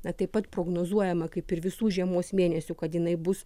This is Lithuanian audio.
na taip pat prognozuojama kaip ir visų žiemos mėnesių kad jinai bus